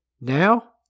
now